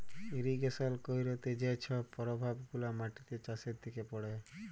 irrigation ক্যইরতে যে ছব পরভাব গুলা মাটিতে, চাষের দিকে পড়ে